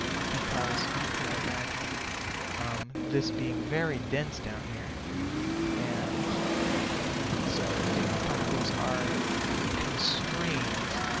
because you could imagine this being very dense down here and so think particles are constrained